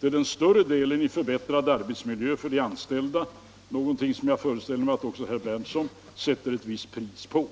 till större delen uttryck i förbättrad arbetsmiljö för de anställda, någonting som jag föreställer mig att också herr Berndtson sätter visst pris på.